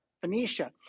Phoenicia